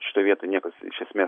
šitoj vietoj niekas iš esmės